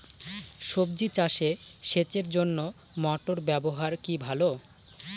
সবজি চাষে সেচের জন্য মোটর ব্যবহার কি ভালো?